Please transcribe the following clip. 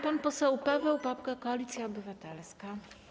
Pan poseł Paweł Papke, Koalicja Obywatelska.